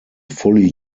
fully